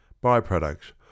by-products